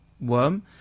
worm